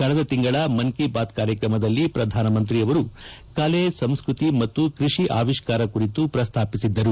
ಕಳೆದ ತಿಂಗಳ ಮನ್ ಕಿ ಬಾತ್ ಕಾರ್ಯಕ್ರಮದಲ್ಲಿ ಪ್ರಧಾನಮಂತ್ರಿಯವರು ಕಲೆ ಸಂಸ್ಕೃತಿ ಮತ್ತು ಕೃಷಿ ಆವಿಷ್ಕಾರ ಕುರಿತು ಪ್ರಸ್ತಾಪಿಸಿದ್ದರು